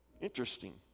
Interesting